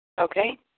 Okay